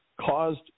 caused